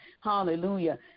Hallelujah